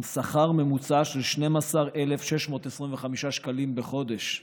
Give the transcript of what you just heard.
עם שכר ממוצע של 12,625 שקלים בחודש.